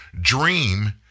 dream